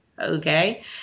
okay